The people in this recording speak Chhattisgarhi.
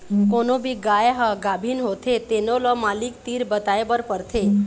कोनो भी गाय ह गाभिन होथे तेनो ल मालिक तीर बताए बर परथे